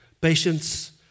patience